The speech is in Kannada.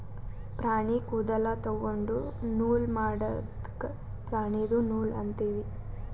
ಪ್ರಾಣಿ ಕೂದಲ ತೊಗೊಂಡು ನೂಲ್ ಮಾಡದ್ಕ್ ಪ್ರಾಣಿದು ನೂಲ್ ಅಂತೀವಿ